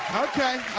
ok.